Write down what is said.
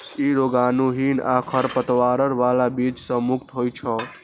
ई रोगाणुहीन आ खरपतवार बला बीज सं मुक्त होइ छै